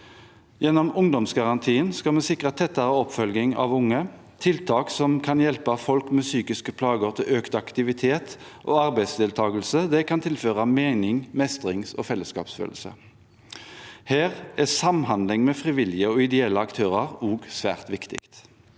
Gjennom ungdomsgarantien skal vi sikre tettere oppfølging av unge. Tiltak som kan hjelpe folk med psykiske plager til økt aktivitet og arbeidsdeltagelse, kan tilføre mening, mestrings- og fellesskapsfølelse. Her er samhandling med frivillige og ideelle aktører også svært viktig.